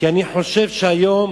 כי אני חושב שהיום